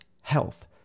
health